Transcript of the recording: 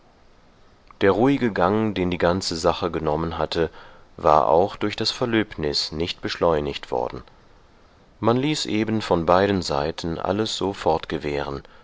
der ruhige gang den die ganze sache genommen hatte war auch durch das verlöbnis nicht beschleunigt worden man ließ eben von beiden seiten alles so